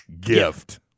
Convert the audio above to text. gift